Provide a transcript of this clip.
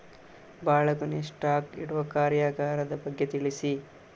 ಬಾಳೆಗೊನೆ ಸ್ಟಾಕ್ ಇಡುವ ಕಾರ್ಯಗಾರದ ಬಗ್ಗೆ ತಿಳಿಸಿ